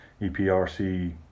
EPRC